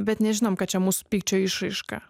bet nežinom kad čia mūsų pykčio išraiška